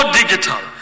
digital